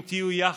אם תהיו יחד,